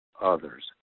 others